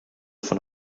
von